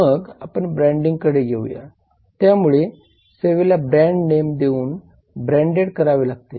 मग आपण ब्रँडिंगकडे येऊया त्यामुळे सेवेला ब्रँड नेम देऊन ब्रँडेड करावे लागते